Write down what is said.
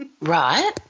Right